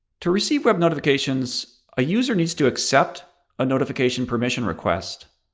to receive web notifications, a user needs to accept a notification permission request.